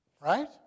right